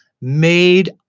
made